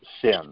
sin